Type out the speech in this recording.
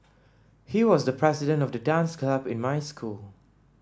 he was the president of the dance club in my school